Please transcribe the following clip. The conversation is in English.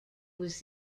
was